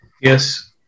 Yes